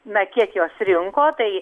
na kiek jos rinko tai